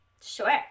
Sure